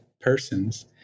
persons